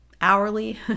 Hourly